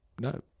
no